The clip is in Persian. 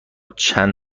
چند